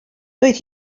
doedd